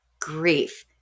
grief